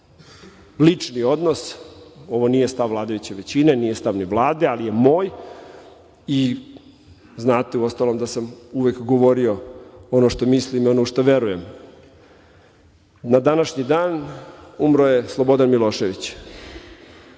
lični odnos, ovo nije stav vladajuće većine, nije stav ni Vlade, ali je moj, znate uostalom da sam uvek govorio ono što mislim i ono u šta verujem, na današnji dan umro je Slobodan Milošević,